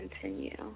continue